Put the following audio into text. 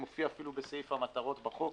מופיע אפילו בסעיף המטרות בחוק,